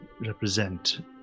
represent